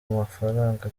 mafaranga